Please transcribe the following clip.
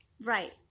Right